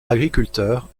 agriculteurs